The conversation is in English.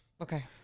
okay